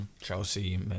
chelsea